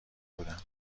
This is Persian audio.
بودم